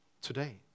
today